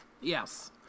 Yes